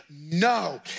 No